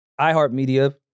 iHeartMedia